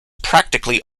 practically